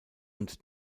und